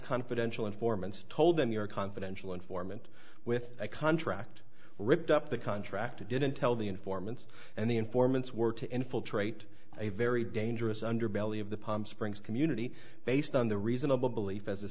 confidential informants told them your confidential informant with a contract ripped up the contract didn't tell the informants and the informants were to infiltrate a very dangerous underbelly of the palm springs community based on the reasonable belief as a